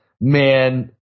man